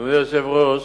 אדוני היושב-ראש,